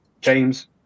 James